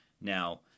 Now